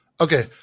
Okay